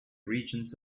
regions